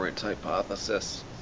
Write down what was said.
hypothesis